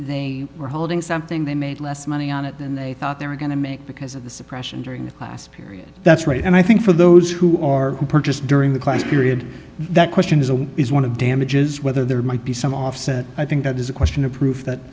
they were holding something they made less money on it than they thought they were going to make because of the suppression during the last period that's right and i think for those who are purchased during the class period that question is a is one of damages whether there might be some offset i think that is a question of proof that